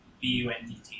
B-U-N-D-T